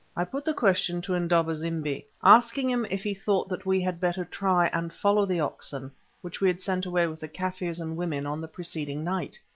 i put the question to indaba-zimbi, asking him if he thought that we had better try and follow the oxen which we had sent away with the kaffirs and women on the preceding night.